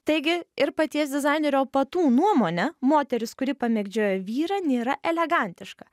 taigi ir paties dizainerio patu nuomone moteris kuri pamėgdžioja vyrą nėra elegantiška